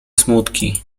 smutki